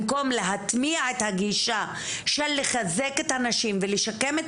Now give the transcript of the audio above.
במקום להטמיע את הגישה של לחזק את הנשים ולשקם את